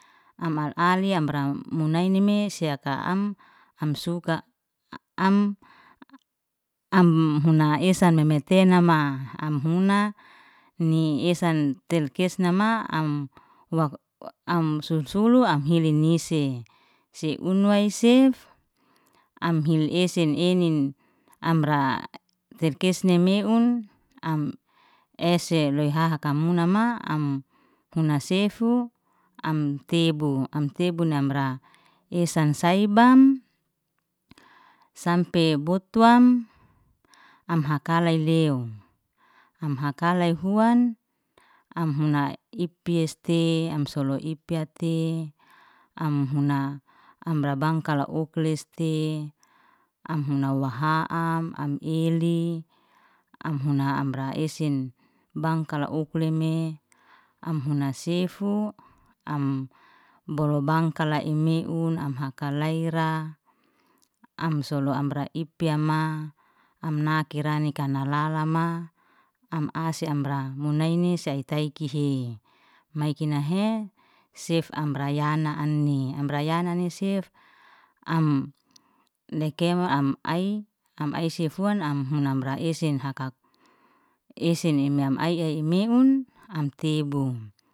Am al- ali ya amra munainime sea ka'am, am suka am am huna esen meme tenama am huna ni esan tel kesnama am hua am susulu am hili ne sei, se unwai sef am hili esen enin amra til kesne meun, am ese loy hahaka muna'ma am huna sefu am tebu, am tebu namra esen sai ban sampe botwam am hakalay lew. Am hakalay huan am huna ipyes tei am soloy ipya tei, am huna amra bangkala ukle lestei, am huna waha'am am ili am huna amra esen bangkala ukle me am huna sefu am bolu bangkala i meun am hakalayra, am solo amra ipyama, am nakira, nikana lalama, am ase amra munaini sei tai kihe, maikinahe sef, amra yana ani amra yana ni sef am lekewa am ai am ai sefuan am huna amra esen haka esen ime ai imeun am tebu.